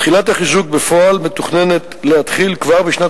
תחילת החיזוק בפועל מתוכננת להתחיל כבר בשנת